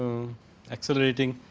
accelerating,